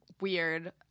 weird